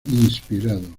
inspirado